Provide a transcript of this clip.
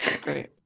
Great